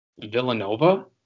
Villanova